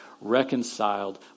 reconciled